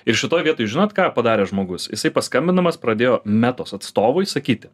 ir šitoj vietoj žinot ką padarė žmogus jisai paskambindamas pradėjo metos atstovui sakyti